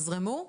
זרמו.